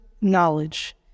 knowledge